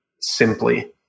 simply